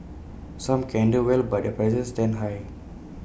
some can handle well but their prices stand high